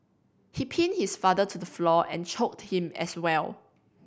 he pinned his father to the floor and choked him as well